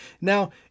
Now